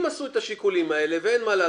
אם עשו את השיקולים האלה ואין מה לעשות,